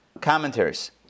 commentaries